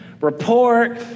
report